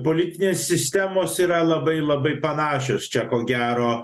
politinės sistemos yra labai labai panašios čia ko gero